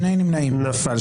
הצבעה לא אושרה נפל.